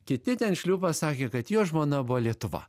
kiti ten šliūpas sakė kad jo žmona buvo lietuva